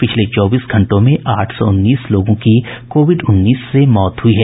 पिछले चौबीस घंटों में आठ सौ उन्नीस लोगों की कोविड उन्नीस से मौत हुई है